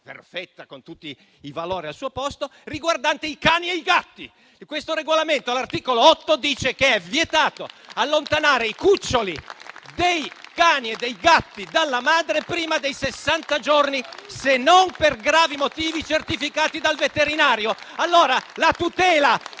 perfetta, con tutti i valori a posto, riguardante i cani e i gatti. Questo regolamento, all'articolo 8, dice che è vietato allontanare i cuccioli dei cani e dei gatti dalla madre prima dei sessanta giorni, se non per gravi motivi certificati dal veterinario. Allora, la tutela